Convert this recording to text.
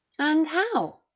and how?